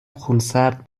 خونسرد